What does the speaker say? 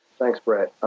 thanks, brett.